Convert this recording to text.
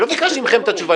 אני לא ביקשתי מכם את התשובה,